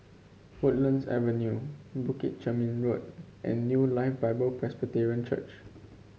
Woodlands Avenue Bukit Chermin Road and New Life Bible Presbyterian Church